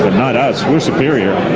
but not us, we're superior,